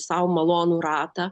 sau malonų ratą